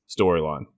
storyline